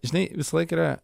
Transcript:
žinai visąlaik yra